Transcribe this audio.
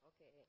Okay